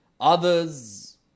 Others